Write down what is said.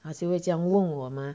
他就会这样问我吗